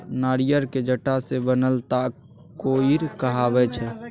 नारियरक जट्टा सँ बनल ताग कोइर कहाबै छै